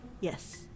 Yes